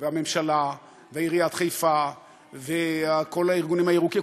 הממשלה ועיריית חיפה וכל הארגונים הירוקים,